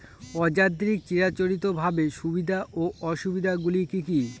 অযান্ত্রিক চিরাচরিতভাবে সুবিধা ও অসুবিধা গুলি কি কি?